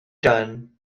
done